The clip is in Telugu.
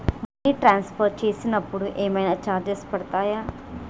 మనీ ట్రాన్స్ఫర్ చేసినప్పుడు ఏమైనా చార్జెస్ పడతయా?